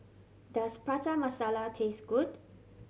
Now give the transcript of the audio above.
does Prata Masala taste good